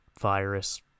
virus